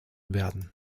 werden